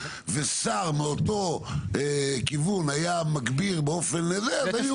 ושר מאותו כיוון היה מגביר באופן כזה אז היו הייתה ביקורת.